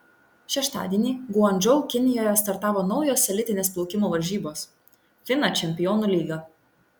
šeštadienį guangdžou kinijoje startavo naujos elitinės plaukimo varžybos fina čempionų lyga